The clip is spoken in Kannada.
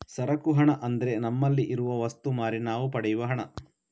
ಸರಕು ಹಣ ಅಂದ್ರೆ ನಮ್ಮಲ್ಲಿ ಇರುವ ವಸ್ತು ಮಾರಿ ನಾವು ಪಡೆಯುವ ಹಣ